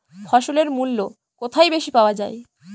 ফসলের মূল্য কোথায় বেশি পাওয়া যায়?